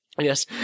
Yes